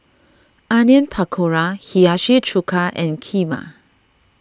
Onion Pakora Hiyashi Chuka and Kheema